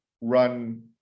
run